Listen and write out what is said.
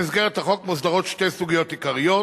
במסגרת החוק מוסדרות שתי סוגיות עיקריות: